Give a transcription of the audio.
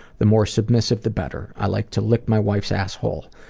the more submissive, the better. i like to lick my wife's asshole.